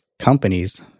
companies